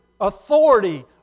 authority